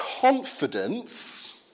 confidence